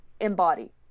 embody